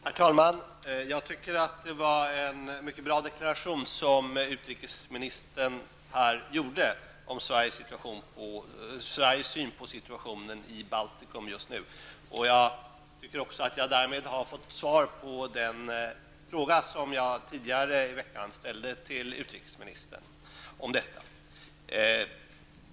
Herr talman! Jag tycker att det var en mycket bra deklaration som utrikesministern gjorde här om Sveriges syn på situationen i Baltikum just nu. Jag tycker även att jag därmed har fått svar på den fråga som jag ställde tidigare i veckan till utrikesministern om detta.